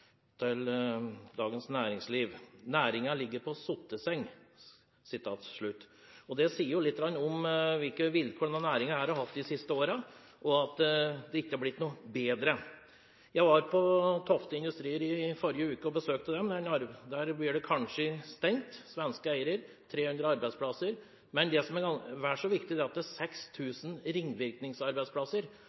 litt om hvilke vilkår denne næringen har hatt de siste årene. Det har ikke blitt bedre. Jeg var på besøk hos Tofte Industrier i forrige uke. Der blir det kanskje stengt. De har svenske eiere, og det er 300 arbeidsplasser. Men det som er vel så viktig, er at det er 6 000 ringvirkningsarbeidsplasser,